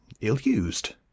ill-used